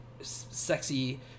sexy